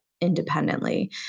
independently